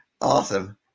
Awesome